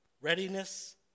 readiness